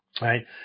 Right